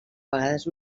vegades